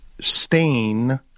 stain